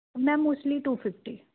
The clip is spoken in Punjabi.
ਮੈਮ ਉਸ ਲਈ ਟੂ ਫਿਫ਼ਟੀ